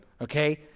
Okay